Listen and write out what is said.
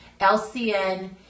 LCN